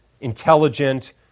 intelligent